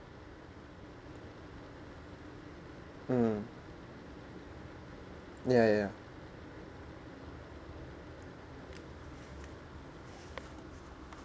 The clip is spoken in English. mm ya ya ya